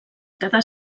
cada